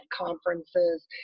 conferences